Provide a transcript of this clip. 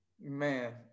man